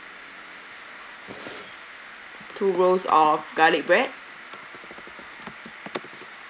two rolls of garlic bread